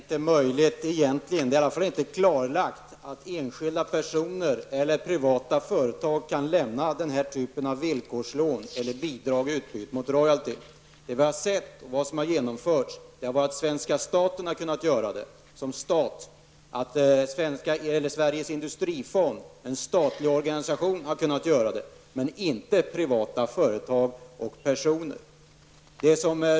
Herr talman! Det är inte klarlagt att enskilda personer eller privata företag kan lämna den här typen av villkorslån eller bidrag i utbyte mot royalty. Det vi har sett och det som har genomförts är att svenska staten har kunnat göra det som stat. Sveriges industrifond, en statlig organisation, har kunnat göra det, men inte privata företag och personer.